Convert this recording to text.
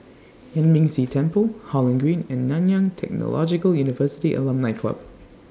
Yuan Ming Si Temple Holland Green and Nanyang Technological University Alumni Club